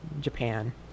Japan